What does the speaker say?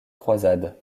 croisade